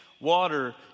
water